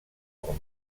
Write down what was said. pel